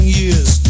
years